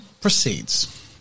proceeds